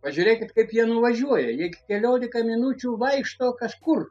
pažiūrėkit kaip jie nuvažiuoja lyg keliolika minučių vaikšto kažkur